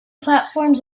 platforms